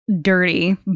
dirty